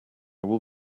will